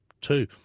two